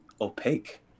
opaque